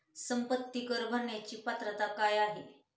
संपत्ती कर भरण्याची पात्रता काय आहे?